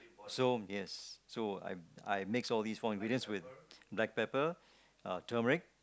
so yes so I I mix all these four ingredients with black pepper uh turmeric